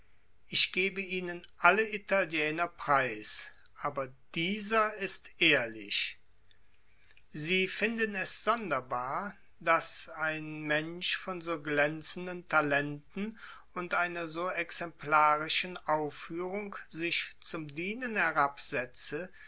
ich gebe ihnen alle italiener preis aber dieser ist ehrlich sie finden es sonderbar daß ein mensch von so glänzenden talenten und einer so exemplarischen aufführung sich zum dienen herabsetze